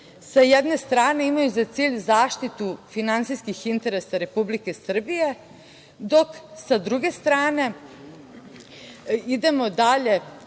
sa jedne strane imaju za cilj zaštitu finansijskih interesa Republike Srbije dok sa druge strane idemo dalje